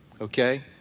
Okay